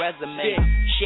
resume